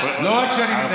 לא רק שאני מתנגד,